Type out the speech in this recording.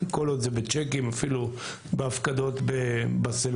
כל עוד זה בצ'קים אפילו בהפקדות בסלולר,